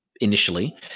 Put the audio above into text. initially